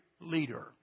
leader